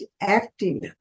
acting